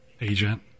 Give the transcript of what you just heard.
agent